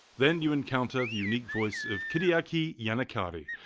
then you encounter the unique voice of kyriaki giannakari,